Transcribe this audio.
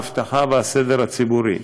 האבטחה והסדר הציבורי.